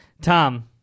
Tom